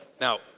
now